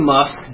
Musk